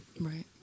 Right